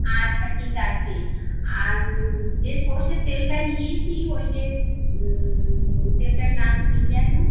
আচ্ছা ঠিক আছে আর যে সর্ষের তেলটা নিইছি ওই যে তেলটার নাম কি যেন